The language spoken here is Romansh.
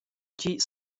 ditg